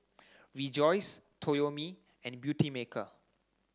Rejoice Toyomi and Beautymaker